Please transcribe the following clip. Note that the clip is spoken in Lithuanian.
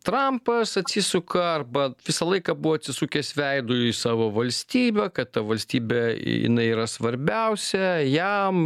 trampas atsisuka arba visą laiką buvo atsisukęs veidu į savo valstybę kad ta valstybė jinai yra svarbiausia jam